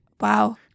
Wow